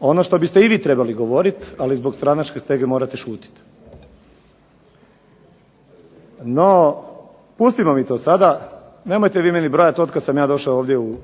ono što biste i vi trebali govorit, ali zbog stranačke stege morate šutjeti. No pustimo mi to sada, nemojte vi meni brojat otkad sam ja došao ovdje u